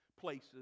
places